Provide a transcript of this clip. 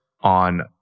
on